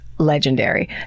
Legendary